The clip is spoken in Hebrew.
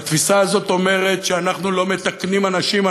והתפיסה הזאת אומרת שאנחנו לא מתקנים אנשים,